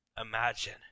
imagine